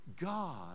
God